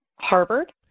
Harvard